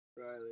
Riley